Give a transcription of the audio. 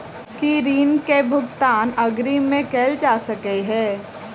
की ऋण कऽ भुगतान अग्रिम मे कैल जा सकै हय?